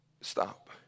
Stop